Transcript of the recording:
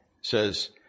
says